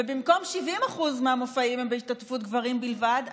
ובמקום 70% מהמופעים בהשתתפות גברים בלבד,